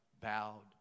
bowed